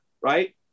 right